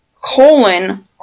colon